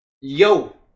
Yo